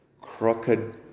crooked